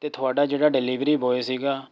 ਅਤੇ ਤੁਹਾਡਾ ਜਿਹੜਾ ਡਿਲਵਰੀ ਬੋਏ ਸੀਗਾ